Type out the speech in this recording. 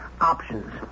options